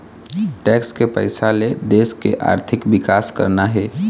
tax के पइसा ले देश के आरथिक बिकास करना